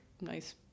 nice